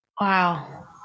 Wow